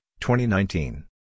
2019